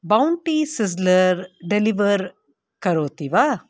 Bounty sizzler deliver करोति वा